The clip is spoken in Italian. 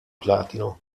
platino